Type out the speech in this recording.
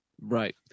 Right